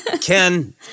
Ken